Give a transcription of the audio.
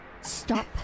Stop